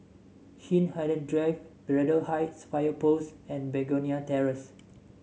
Hindhede Drive Braddell Heights Fire Post and Begonia Terrace